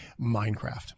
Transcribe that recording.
Minecraft